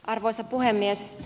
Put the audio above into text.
arvoisa puhemies